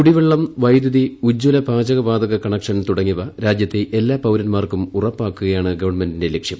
കൂടിവെള്ളം വൈദ്യുതി ഉജ്ജ്വല പാചക വാതക കണക്ഷൻ തുടങ്ങിയവ രാജ്യത്തെ എല്ലാ പൌരൻമാർക്കും ഉറപ്പാക്കുകയാണ് ഗവൺമെന്റിന്റെ ലക്ഷ്യം